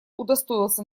удостоился